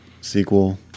sequel